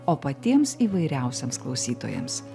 o patiems įvairiausiems klausytojams